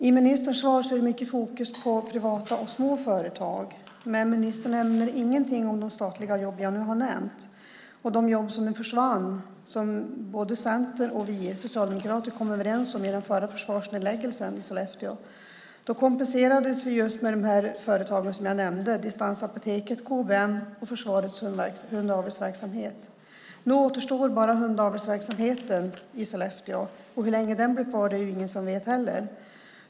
I ministerns svar är det mycket fokus på privata och små företag, men ministern nämner ingenting om de statliga jobb som jag nu har nämnt och de jobb som försvann som både Centern och vi socialdemokrater kom överens om vid den förra försvarsnedläggningen i Sollefteå. Då kompenserades vi just med de här företagen som jag nämnde - Distansapoteket, KBM och försvarets hundavelsverksamhet. Nu återstår bara hundavelsverksamheten i Sollefteå, och hur länge den blir kvar är det ju heller ingen som vet.